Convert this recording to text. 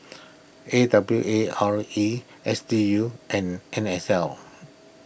A W A R E S D U and N S L